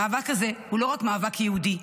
המאבק הזה הוא לא רק מאבק יהודי,